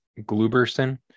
gluberson